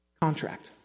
contract